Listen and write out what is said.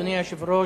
אדוני היושב-ראש,